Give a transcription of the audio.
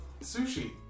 sushi